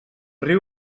riu